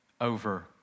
over